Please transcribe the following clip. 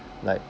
like